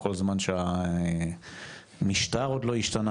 כל זמן שהמשטר עוד לא השתנה,